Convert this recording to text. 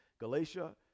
Galatia